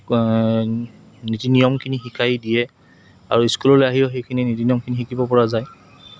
নীতি নিয়মখিনি শিকাই দিয়ে আৰু স্কুললৈ আহিও সেইখিনি নীতি নিয়মখিনি শিকিব পৰা যায়